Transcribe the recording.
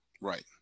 Right